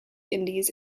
indies